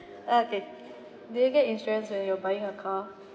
oh okay do you get insurance when you're buying a car